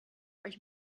euch